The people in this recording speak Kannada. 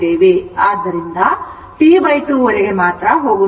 ಆದ್ದರಿಂದ T 2 ವರೆಗೆ ಮಾತ್ರ ಹೋಗುತ್ತೇವೆ